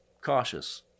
cautious